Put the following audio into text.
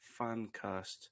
fancast